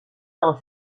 del